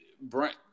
Brent